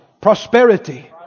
Prosperity